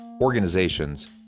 organizations